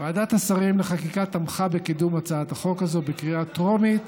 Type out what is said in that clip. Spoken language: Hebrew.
ועדת השרים לחקיקה תמכה בקידום הצעת החוק הזו בקריאה טרומית,